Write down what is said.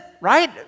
right